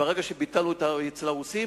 וברגע שביטלנו אצל הרוסים,